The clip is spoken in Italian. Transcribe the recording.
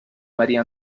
maria